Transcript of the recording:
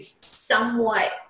somewhat